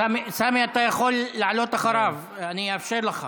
סמי, אתה יכול לעלות אחריו, אני אאפשר לך,